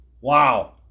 Wow